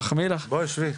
אני בכיתה יא',